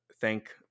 thank